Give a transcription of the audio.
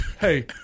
hey